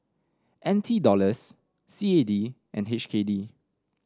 N T Dollars C A D and H K D